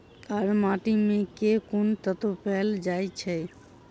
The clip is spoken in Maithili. कार्य माटि मे केँ कुन तत्व पैल जाय छै?